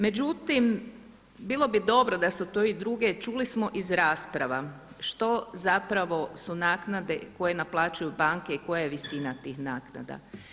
Međutim, bilo bi dobro da su to i druge, čuli smo iz rasprava što zapravo su naknade koje naplaćuju banke i koja je visina tih naknada.